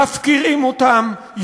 מפקירים אותם,